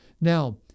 Now